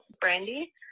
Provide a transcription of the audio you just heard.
Brandy